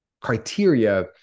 criteria